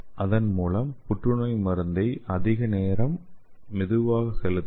இதன் மூலம் புற்றுநோய் மருந்தை அதிக நேரம் மெதுவாக செலுத்தலாம்